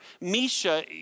misha